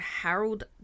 Harold